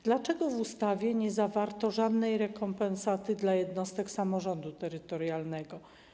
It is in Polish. Dlaczego w ustawie nie zawarto żadnej rekompensaty dla jednostek samorządu terytorialnego?